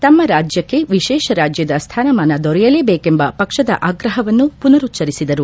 ತಮ್ಮ ರಾಜ್ಯಕ್ಷೆ ವಿಶೇಷ ರಾಜ್ಯದ ಸ್ಥಾನಮಾನ ದೊರೆಯಲೇಬೇಕೆಂಬ ಪಕ್ಷದ ಆಗ್ರಹವನ್ನು ಪುನರುಚ್ಲರಿಸಿದರು